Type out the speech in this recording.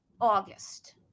August